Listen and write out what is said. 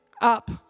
up